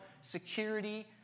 security